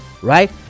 Right